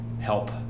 help